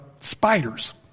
spiders